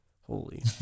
Holy